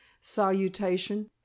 salutation